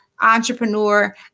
entrepreneur